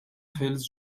hills